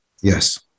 Yes